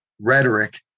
rhetoric